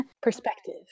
perspective